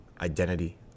identity